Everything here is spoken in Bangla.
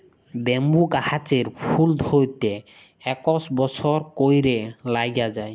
ব্যাম্বু গাহাচের ফুল ধ্যইরতে ইকশ বসর ক্যইরে ল্যাইগে যায়